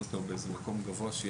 נוסף על התנאים המפורטים בפסקאות (1)